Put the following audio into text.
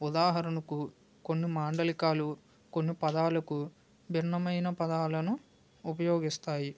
ఉదాహరణకు కొన్ని మాండలికాలు కొన్ని పదాలకు భిన్నమైన పదాలను ఉపయోగిస్తాయి